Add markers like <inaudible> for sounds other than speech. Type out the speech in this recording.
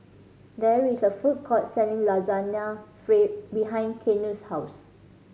there is a food court selling Lasagna <unintelligible> behind Keanu's house